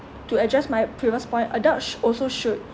to adjust my previous point adult sh~ also should